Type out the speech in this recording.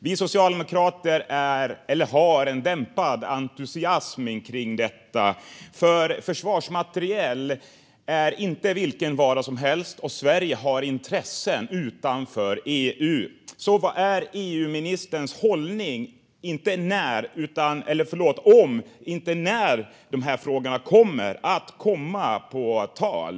Vi socialdemokrater känner dämpad entusiasm för detta eftersom försvarsmateriel inte är vilken vara som helst och Sverige har intressen utanför EU. Vad kommer EU-ministerns hållning att vara när dessa frågor kommer på tal?